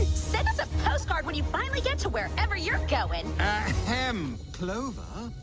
send us a postcard when you finally get to wherever you're going mmm clover?